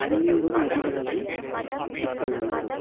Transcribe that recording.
தண்ணீரும் அதிகளவு உட்கொள்ள வேண்டும்